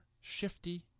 shifty